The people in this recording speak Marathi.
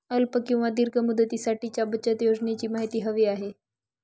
अल्प किंवा दीर्घ मुदतीसाठीच्या बचत योजनेची माहिती हवी आहे